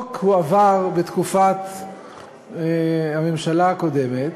החוק הועבר בתקופת הממשלה הקודמת.